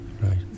right